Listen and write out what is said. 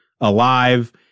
alive